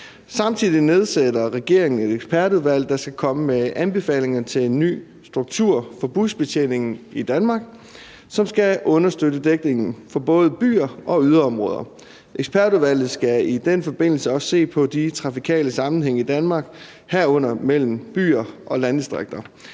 Samtidig nedsætter regeringen et ekspertudvalg, der skal komme med anbefalinger til en ny struktur for busbetjeningen i Danmark, som skal understøtte dækningen i både byer og yderområder. Ekspertudvalget skal i den forbindelse også se på de trafikale sammenhænge i Danmark, herunder mellem byer og landdistrikter.